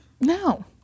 No